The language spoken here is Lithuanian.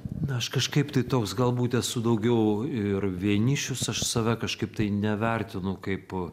na aš kažkaip tai toks galbūt esu daugiau ir vienišius aš save kažkaip tai nevertinu kaip